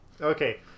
okay